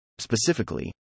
Specifically